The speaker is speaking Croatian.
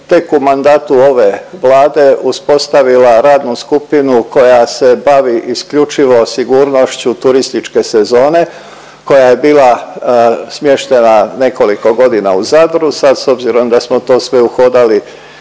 tek u mandatu ove Vlade uspostavila radnu skupinu koja se bavi isključivo sigurnošću turističke sezone koja je bila smještena nekoliko godina u Zadru, sad s obzirom da smo to sve uhodili